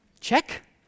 check